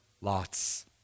Lot's